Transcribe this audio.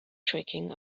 tricking